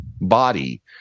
body